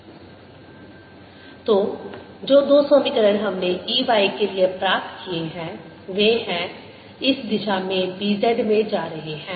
B00E∂t Bdl00ddtEds Bzxz BzxBz∂xxz00Ey∂txz Bz∂x00Ey∂t तो जो दो समीकरण हमने E y के लिए प्राप्त किए हैं वे इस दिशा B z में जा रहे हैं